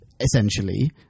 Essentially